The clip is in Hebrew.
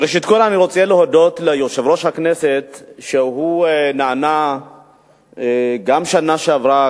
ראשית אני רוצה להודות ליושב-ראש הכנסת על שהוא נענה גם בשנה שעברה,